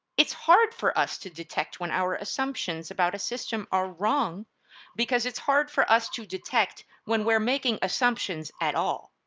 it's hard for us to detect when our assumptions about system are wrong because it's hard for us to detect when we're making assumptions at all.